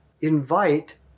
invite